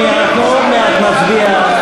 אנחנו עוד מעט נצביע.